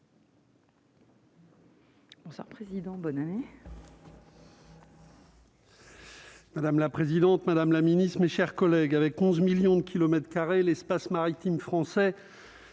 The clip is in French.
Madame la présidente, Madame la Ministre, mes chers collègues, avec 11 millions de kilomètres l'espace maritime français